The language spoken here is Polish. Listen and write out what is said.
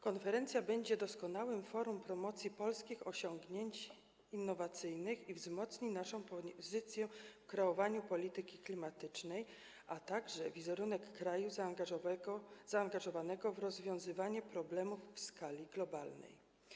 Konferencja będzie doskonałym forum promocji polskich osiągnięć innowacyjnych i wzmocni naszą pozycję w kreowaniu polityki klimatycznej, a także wizerunek kraju zaangażowanego w rozwiązywanie problemów w skali globalnej.